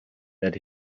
that